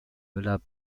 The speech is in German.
müller